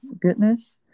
goodness